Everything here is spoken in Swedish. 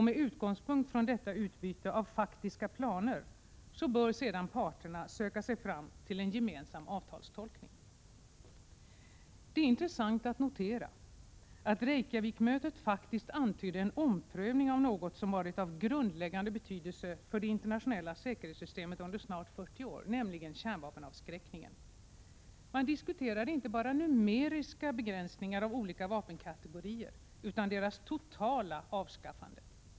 Med utgångspunkt i detta utbyte av faktiska planer bör sedan parterna söka sig fram till en gemensam avtalstolkning. Det är intressant att notera att Reykjavikmötet faktiskt antydde en omprövning av något som varit av grundläggande betydelse för det internationella säkerhetssystemet under snart fyrtio år, nämligen kärnvapenavskräckningen. Man diskuterade inte bara numeriska begränsningar av olika vapenkategorier utan deras totala avskaffande.